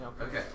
Okay